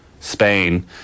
Spain